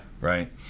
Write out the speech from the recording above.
Right